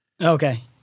okay